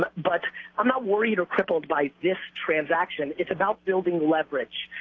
but i'm not worried or crippled by this transaction. it's about building leverage,